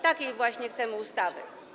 Takiej właśnie chcemy ustawy.